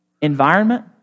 environment